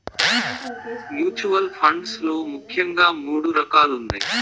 mutual funds లో ముఖ్యంగా మూడు రకాలున్నయ్